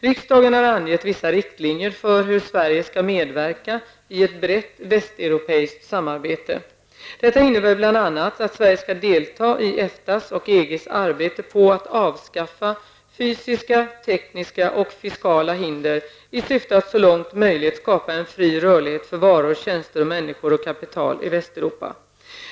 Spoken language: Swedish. Riksdagen har angett vissa riktlinjer för hur Sverige skall medverka i ett brett västeuropeiskt samarbete. Detta innebär bl.a. att Sverige skall delta i EFTAs och EGs arbete på att avskaffa fysiska, tekniska och fiskala hinder i syfte att så långt möjligt skapa en fri rörlighet för varor, tjänster, människor och kapital i Västeuropa.